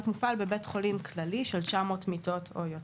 מופעל בבית חולים כללי של 900 מיטות או יותר.